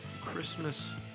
Christmas